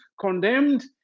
condemned